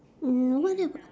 mm what about